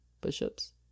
Bishops